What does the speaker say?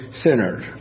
sinners